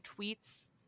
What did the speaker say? tweets